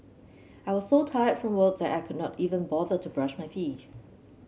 I was so tired from work that I could not even bother to brush my teeth